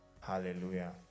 Hallelujah